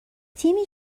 تیمی